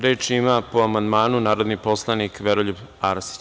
Reč ima, po amandmanu, narodni poslanik Veroljub Arsić.